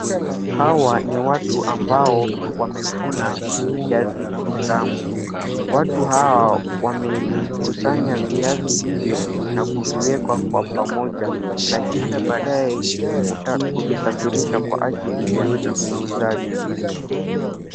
Hawa ni watu ambao wamevuna viazi vitamu. Watu hao wamevikusanya viazi hivyo na kuviweka kwa pamoja, na kisha badae kuvisafirisha kwa ajili ya uuzaji.